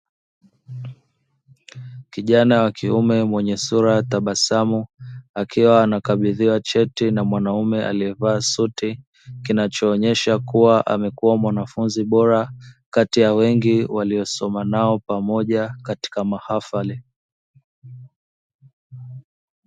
Kijana wa kiume mwenye sura ya tabasamu akiwa anakabidhiwa cheti na mwanaume aliyevaa suti kinachoonyesha kuwa amekuwa mwanafunzi bora kati ya wengi waliosomanao pamoja katika mahafali.